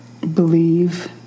believe